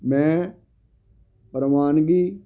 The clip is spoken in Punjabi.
ਮੈਂ ਪ੍ਰਵਾਨਗੀ